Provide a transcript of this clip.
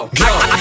go